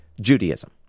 Judaism